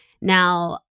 Now